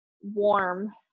warm